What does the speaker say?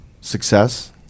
success